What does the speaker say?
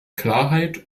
klarheit